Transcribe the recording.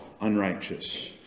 unrighteous